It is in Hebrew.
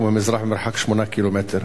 וממזרח במרחק 8 ק"מ,